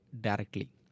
directly